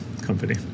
company